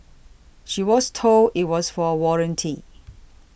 she was told it was for warranty